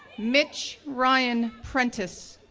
mitch ryan prentice,